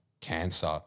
cancer